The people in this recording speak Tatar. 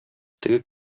теге